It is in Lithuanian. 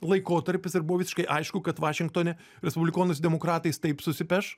laikotarpis ir buvo visiškai aišku kad vašingtone respublikonai su demokratais taip susipeš